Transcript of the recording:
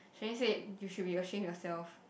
she only said you should be ashamed yourself